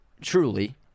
truly